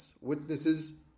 Witnesses